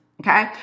Okay